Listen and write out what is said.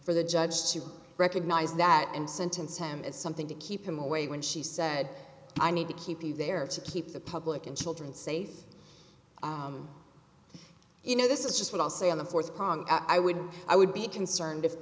for the judge to recognize that and sentence him as something to keep him away when she said i need to keep you there to keep the public and children safe you know this is just what i'll say on the fourth prong i would i would be concerned if